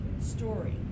story